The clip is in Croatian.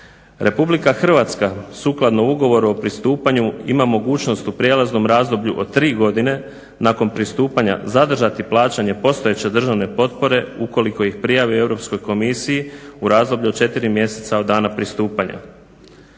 Republika Hrvatska sukladno Ugovoru o pristupanju ima mogućnost u prijelaznom razdoblju od tri godine nakon pristupanja zadržati plaćanje postojeće državne potpore ukoliko ih prijavi Europskoj komisiji u razdoblju od 4 mjeseca od dana pristupanja.